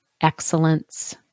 excellence